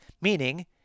meaning